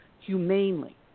humanely